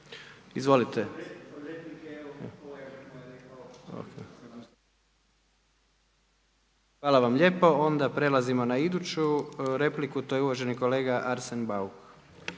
ne čuje./… Hvala vam lijepo. Onda prelazimo na iduću repliku to je uvaženi kolega Arsen Bauk.